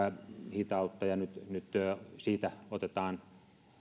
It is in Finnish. hitautta ja nyt nyt siitä otetaan